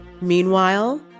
Meanwhile